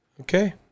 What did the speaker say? Okay